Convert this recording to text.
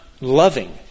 loving